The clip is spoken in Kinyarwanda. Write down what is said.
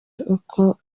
uko